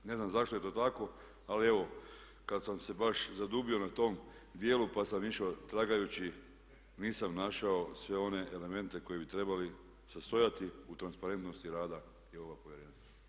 Ne znam zašto je to tako ali evo, kada sam se baš zadubio na tom dijelu pa sam išao tragajući, nisam našao sve one elemente koji bi se trebali sastojati u transparentnosti rada i ovoga Povjerenstva.